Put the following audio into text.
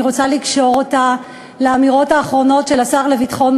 אני רוצה לקשור אותה לאמירות האחרונות של השר לביטחון